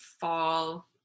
fall